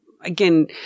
again